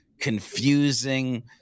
confusing